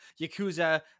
Yakuza